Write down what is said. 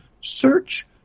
search